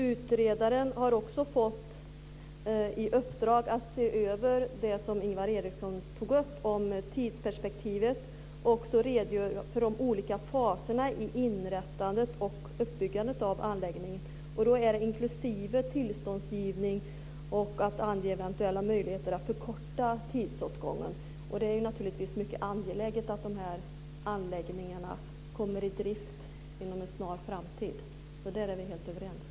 Utredaren har också fått i uppdrag att se över det som Ingvar Eriksson tog upp om tidsperspektivet och redogöra för de olika faserna i inrättandet och uppbyggandet av anläggningen - detta inklusive tillståndsgivning och angivande av eventuella möjligheter att minska tidsåtgången. Då är det naturligtvis mycket angeläget att anläggningarna kommer i drift inom en snar framtid. Där är vi helt överens.